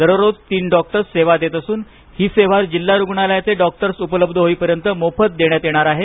दररोज तीन डॉक्टर्स सेवा देत असून ही सेवा जिल्हा रुग्णालयाचे डॉक्टर्स उपलब्ध होईपर्यंत मोफत देण्यात येणार आहे